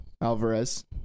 Alvarez